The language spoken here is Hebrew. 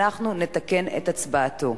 אנחנו נתקן את הצבעתו.